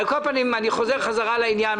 על כל פנים, אני חוזר בחזרה לעניין.